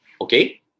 Okay